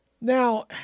Now